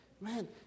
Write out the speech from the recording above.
Man